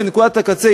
בנקודת הקצה,